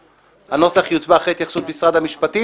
הנוסח יוצבע אחרי התייחסות משרד המשפטים.